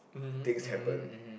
things happen